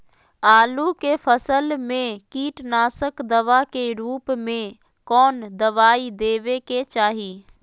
आलू के फसल में कीटनाशक दवा के रूप में कौन दवाई देवे के चाहि?